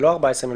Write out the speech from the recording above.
זה לא 14 יום,